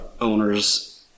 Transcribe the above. owners